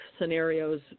scenarios